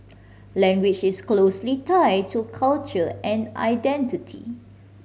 language is closely tied to culture and identity